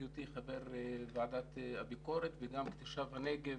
אני חושב שגם בהיותי חבר ועדת הביקורת וגם כתושב הנגב